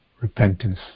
Repentance